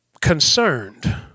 concerned